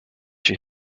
she